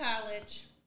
college